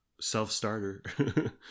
Self-starter